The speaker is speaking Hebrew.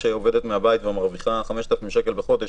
שעובדת מהבית ומרוויחה 5,000 שקלים בחודש,